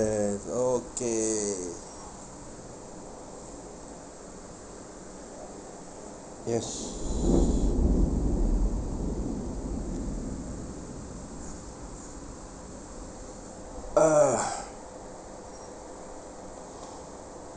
that's okay yes